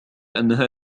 أنها